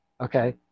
okay